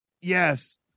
Yes